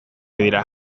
dira